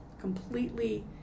completely